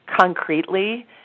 concretely